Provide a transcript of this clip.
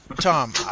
Tom